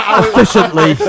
efficiently